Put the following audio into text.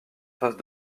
face